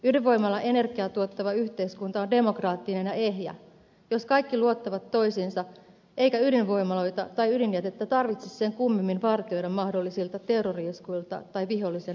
ydinvoimalaenergiaa tuottava yhteiskunta on demokraattinen ja ehjä jos kaikki luottavat toisiinsa eikä ydinvoimaloita tai ydinjätettä tarvitse sen kummemmin vartioida mahdollisilta terrori iskuilta tai vihollisen hyökkäyksiltä